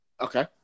Okay